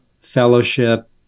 fellowship